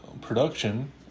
production